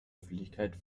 öffentlichkeit